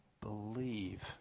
believe